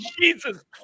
Jesus